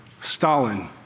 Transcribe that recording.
Stalin